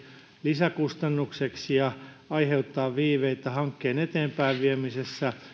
lisäkustannukseksi ja aiheuttaa viiveitä hankkeen eteenpäinviemisessä